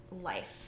life